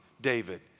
David